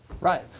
Right